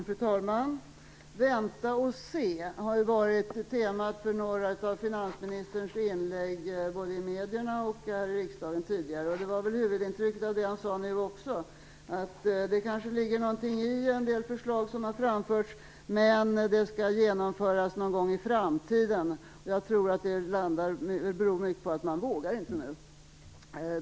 Fru talman! Att vänta och se har var temat i några av finansministerns inlägg både i medierna och tidigare i riksdagen. Det var också huvudintrycket av det han sade nu. Finansministern sade att det kanske ligger något i en del av de förslag som har framförts, men de skall genomföras någon gång i framtiden. Jag tror att det beror på att man inte vågar nu.